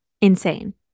Insane